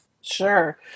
Sure